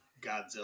Godzilla